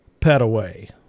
Petaway